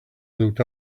looked